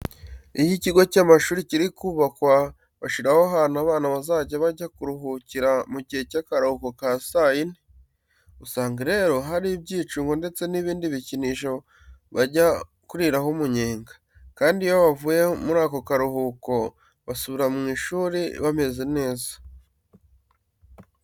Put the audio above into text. Iyo ikigo cy'amashuri kiri kubakwa, bashyiraho ahantu abana bazajya bajya kuruhukira mu gihe cy'akaruhuko ka saa yine. Usanga rero hari ibyicungo ndetse n'ibindi bikinisho bajya kuriraho umunyenga, kandi iyo bavuye muri ako karuhuko, basubira mu ishuri bameze neza.